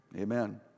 Amen